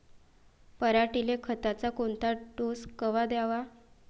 पऱ्हाटीले खताचा कोनचा डोस कवा द्याव?